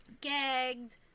gagged